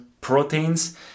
proteins